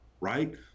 right